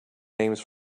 names